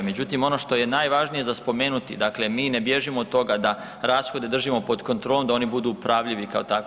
Međutim, ono što je najvažnije za spomenuti, dakle mi ne bježimo od toga da rashode držimo pod kontrolom da oni budu upravljivi kao takvi.